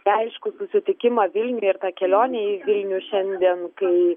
neaiškų susitikimą vilniuje ta kelionė į vilnių šiandien kai